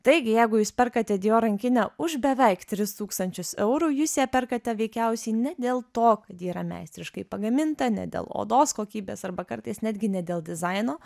taigi jeigu jūs perkate dior rankinę už beveik tris tūkstančius eurų jūs ją perkate veikiausiai ne dėl to kad ji yra meistriškai pagaminta ne dėl odos kokybės arba kartais netgi ne dėl dizaino